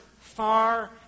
far